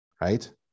right